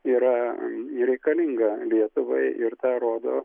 yra reikalinga lietuvai ir tą rodo